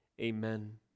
Amen